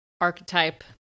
archetype